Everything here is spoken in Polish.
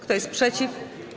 Kto jest przeciw?